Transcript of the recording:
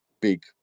big